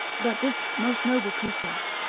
but this most noble creature,